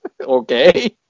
Okay